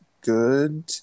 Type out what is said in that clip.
good